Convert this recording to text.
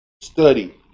study